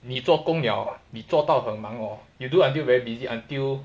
你做工了你做到很忙哦 you do until very busy until